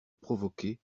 provoquer